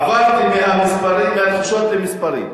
עברתי מהתחושות למספרים.